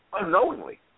unknowingly